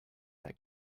that